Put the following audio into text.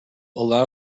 allow